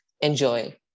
enjoy